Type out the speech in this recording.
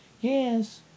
Yes